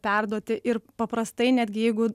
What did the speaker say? perduoti ir paprastai netgi jeigu